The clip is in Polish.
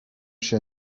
się